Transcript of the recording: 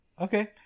Okay